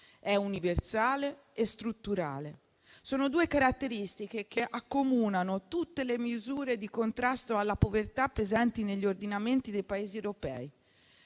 è universale e strutturale. Sono due caratteristiche che accomunano tutte le misure di contrasto alla povertà presenti negli ordinamenti dei Paesi europei.